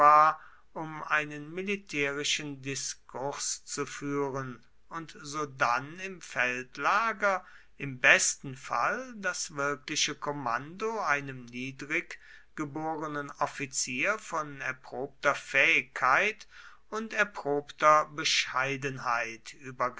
um einen militärischen diskurs zu führen und sodann im feldlager im besten fall das wirkliche kommando einem niedrig geborenen offizier von erprobter fähigkeit und erprobter bescheidenheit